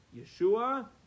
Yeshua